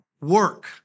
work